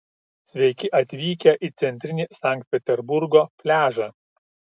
sveiki atvykę į centrinį sankt peterburgo pliažą